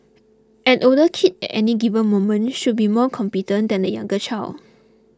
an older kid any given moment should be more competent than a younger child